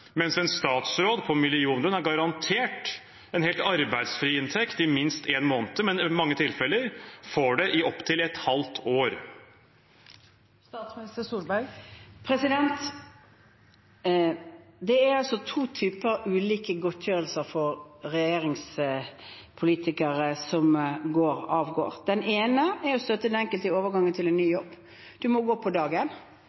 mens en statsråd på millionlønn er garantert en helt arbeidsfri inntekt i minst en måned, men i mange tilfeller får det i opptil et halvt år? Det er to ulike typer godtgjørelser for regjeringspolitikere som går av. Den ene er støtte til den enkelte i overgangen til en ny